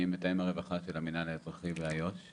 אני מתאם הרווחה של המינהל האזרחי ביהודה ושומרון.